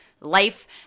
Life